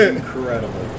incredible